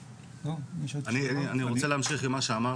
אני רוצה להמשיך עם מה שאמרת.